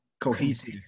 Cohesive